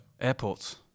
Airports